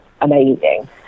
amazing